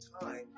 time